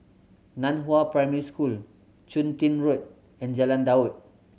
Nan Hua Primary School Chun Tin Road and Jalan Daud